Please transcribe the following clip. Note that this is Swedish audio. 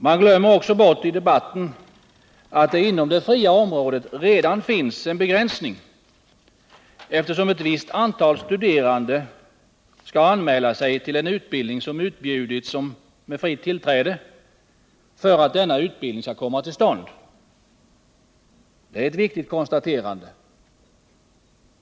Man glömmer också bort i debatten att det inom det fria området redan finns en begränsning, eftersom ett visst antal studerande skall anmäla sig till en utbildning som utbjudits med fritt tillträde för att denna utbildning skall komma till stånd. Det är ett viktigt konstaterande.